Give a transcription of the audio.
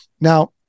Now